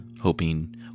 hoping